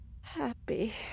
happy